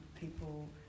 people